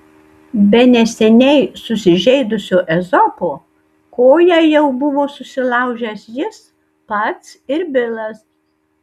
be neseniai susižeidusio ezopo koją jau buvo susilaužęs jis pats ir bilas